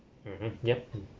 mmhmm yup